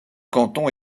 canton